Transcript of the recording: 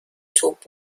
توپ